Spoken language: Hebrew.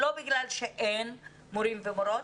לא בגלל שאין מורים ומורות,